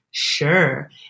sure